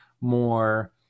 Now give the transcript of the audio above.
more